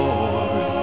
Lord